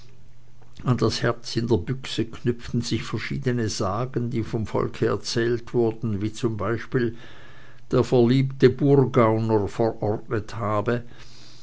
an das herz in der büchse knüpften sich verschiedene sagen die vom volke erzählt wurden wie zum beispiele der verliebt burgauner verordnet habe